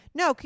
no